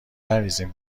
نریزیم